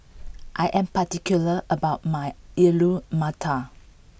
I am particular about my Alu Matar